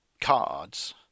cards